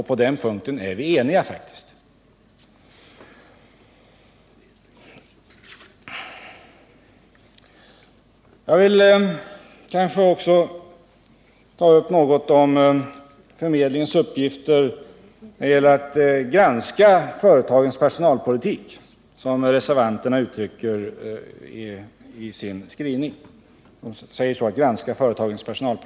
På den punkten är vi faktiskt eniga. Jag vill också säga något om arbetsmarknadsverkets uppgifter när det gäller att granska företagens personalpolitik, som reservanterna uttrycker det.